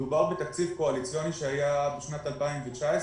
מדובר בתקציב קואליציוני שהיה בשנת 2019,